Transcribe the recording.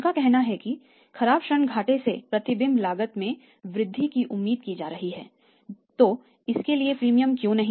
उनका कहना है कि खराब ऋण घाटे से प्रतिबिंब लागत में वृद्धि की उम्मीद की जा रही है तो इसके लिए प्रीमियम क्यों नहीं